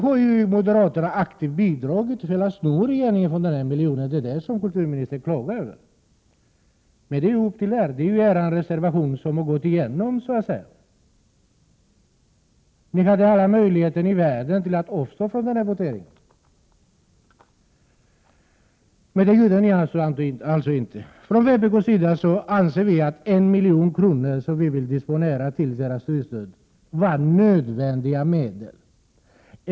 Att moderaterna aktivt har bidragit till hela den här historien om miljonen, det är det som kulturministern klagar över. Men det är ju er sak. Det är ju er reservation som så att säga har gått igenom. Ni hade alla möjligheter i världen att avstå från den här voteringen, men det gjorde ni alltså inte. Från vpk:s sida anser vi att 1 milj.kr., som vi vill disponera till litteraturstöd, är nödvändiga medel.